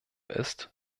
ist